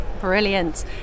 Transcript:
Brilliant